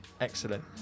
excellent